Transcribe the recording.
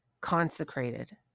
consecrated